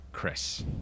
Chris